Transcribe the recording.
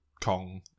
Kong